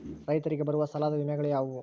ರೈತರಿಗೆ ಬರುವ ಸಾಲದ ವಿಮೆಗಳು ಯಾವುವು?